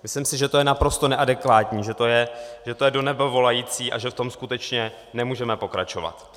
Myslím si, že to je naprosto neadekvátní, že to je do nebe volající a že v tom skutečně nemůžeme pokračovat.